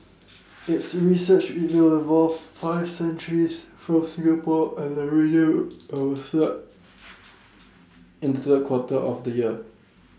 its research will involve five centres from Singapore and the region and start in the quarter of the year